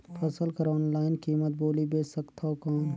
फसल कर ऑनलाइन कीमत बोली बेच सकथव कौन?